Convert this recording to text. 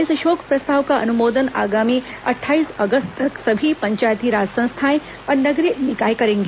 इस शोक प्रस्ताव का अनुमोदन आगामी अट्ठाईस अगस्त तक सभी पंचायती राज संस्थाएं और नगरीय निकाय करेंगी